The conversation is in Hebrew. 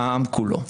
העם כולו.